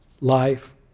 life